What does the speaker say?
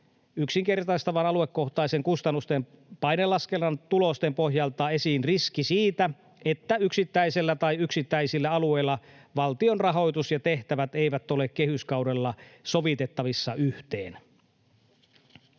yksinkertaistavan aluekohtaisen kustannusten painelaskennan tulosten pohjalta esiin riski siitä, että yksittäisellä tai yksittäisillä alueilla valtion rahoitus ja tehtävät eivät ole kehyskaudella sovitettavissa yhteen.